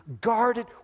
guarded